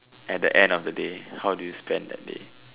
at the end of the day how do you spend that day